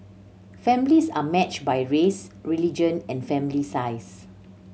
families are matched by race religion and family size